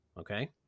Okay